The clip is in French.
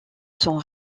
son